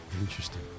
Interesting